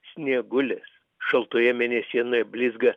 sniegulis šaltoje mėnesienoje blizga